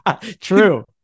true